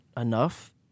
enough